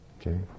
Okay